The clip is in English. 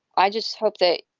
i just hope that,